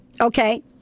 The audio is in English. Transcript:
Okay